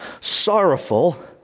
sorrowful